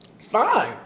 Fine